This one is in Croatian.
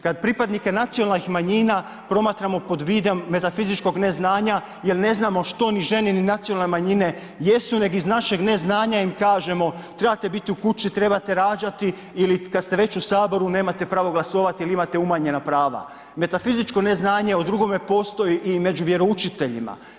Kad pripadnike nacionalnih manjina promatramo pod vidom metafizičkog neznanja jer ne znamo što ni žene ni nacionalne manjine jesu nego iz našeg neznanja im kažemo, trebate biti u kući, trebate rađati ili kad ste već u Saboru, nemate pravo glasovati jer imate umanjena prava. metafizičko neznanje o drugom postoji i prema vjeroučiteljima.